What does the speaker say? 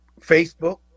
Facebook